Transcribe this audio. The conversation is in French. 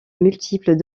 multiples